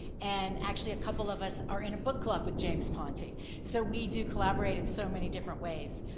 and actually a couple of us are in a book club with james ponti so we do collaborate in so many different ways.